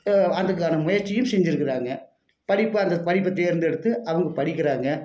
அதற்கான முயற்சியும் செஞ்சிருக்கிறாங்க படிப்பை அந்தப் படிப்பை தேர்ந்தெடுத்து அவங்க படிக்கின்றாங்க